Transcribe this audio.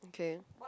okay